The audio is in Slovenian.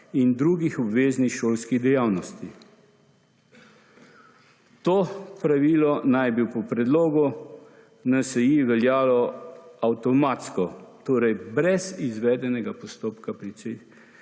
in drugih obveznih šolskih dejavnosti. To pravilo naj bi po predlogu NSi veljalo avtomatsko, torej brez izvedenega postoka